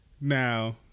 Now